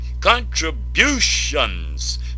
contributions